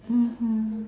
mmhmm